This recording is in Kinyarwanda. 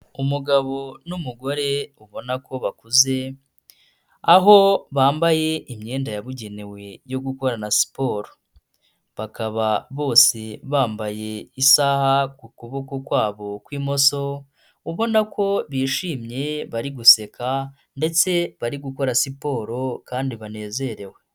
Umugabo n'umugore ubona ko bakuze, aho bambaye imyenda yabugenewe yo gukorana siporo, bakaba bose bambaye isaha ku kuboko kwabo kw'imoso ubona ko bishimye bari guseka ndetse bari gukora siporo kandi banezerewe.